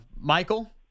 Michael